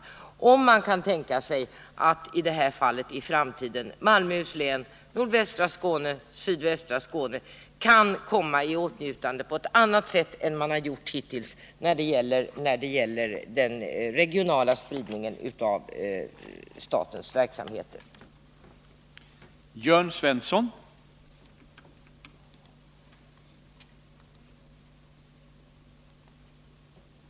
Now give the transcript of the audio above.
Jag frågade också om man kunde tänka sig att i detta fall i framtiden Malmöhus län, nordvästra Skåne och sydvästra Skåne på ett annat sätt än hittills när det gäller den regionala spridningen av statens verksamheter kan komma i åtnjutande därav.